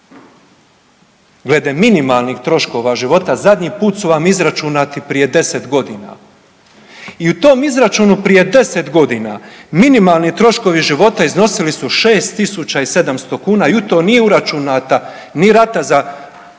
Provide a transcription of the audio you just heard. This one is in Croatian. Glede minimalnih troškova života, zadnji puta su vam izračunati prije 10 godina. I u tom izračunu prije 10 godina, minimalni troškovi života iznosili su 6 700 kuna i u to nije uračunata ni rata za